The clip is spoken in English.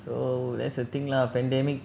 so that's the thing lah pandemic